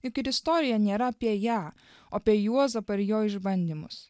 juk ir istorija nėra apie ją o apie juozapą ir jo išbandymus